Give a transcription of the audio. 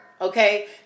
okay